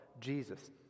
Jesus